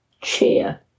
chair